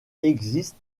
existe